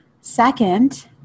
Second